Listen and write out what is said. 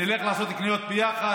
נלך לעשות את הקניות ביחד.